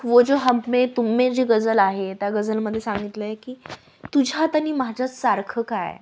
वो जो हममे तुममे जी गझल आहे त्या गझलमध्ये सांगितलं आहे की तुझ्यात आणि माझ्या सारखं काय